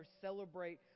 celebrate